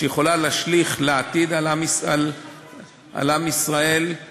שיכולה להשליך על העתיד על עם ישראל,